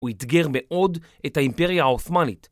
הוא אתגר מאוד את האימפריה העות'מאנית.